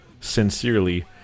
Sincerely